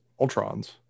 Ultrons